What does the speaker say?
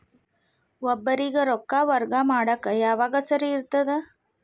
ಒಬ್ಬರಿಗ ರೊಕ್ಕ ವರ್ಗಾ ಮಾಡಾಕ್ ಯಾವಾಗ ಸರಿ ಇರ್ತದ್?